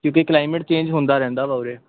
ਕਿਉਂਕਿ climate change ਹੁੰਦਾ ਰਹਿੰਦਾ ਵਾ ਉਰੇ